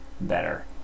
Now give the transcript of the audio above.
better